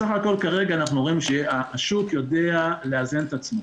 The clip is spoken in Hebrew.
סך הכל אנחנו רואים שהשוק יודע לאזן את עצמו.